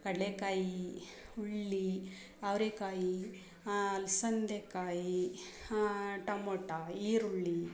ಕಡಲೆಕಾಯಿ ಹುರ್ಳಿ ಅವರೇಕಾಯಿ ಅಲಸಂದೆಕಾಯಿ ಟೊಮೊಟಾ ಈರುಳ್ಳಿ